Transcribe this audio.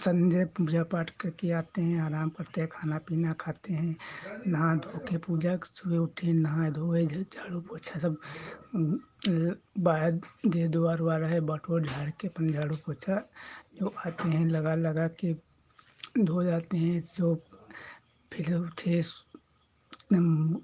सबरे पूजा पाठ करके आते है आराम करते खाना पीना खाते हैं नहा धो के पूजा सुबे उठी ये नहा धो झाडू पोंछा सब मेरे बाद जो दुआर ऊआर रहे बटोर झाड़ू के अपन झाड़ू पोंछा वो करते हैं लगा लगा के धो जाते हैं इससे फिर उठे मन